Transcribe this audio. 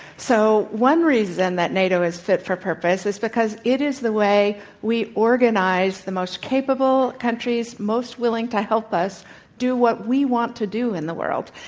so, one reason that nato is fit for purpose is because it is the way we organize the most capable countries most willing to help us do what we want to do in the world.